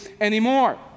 anymore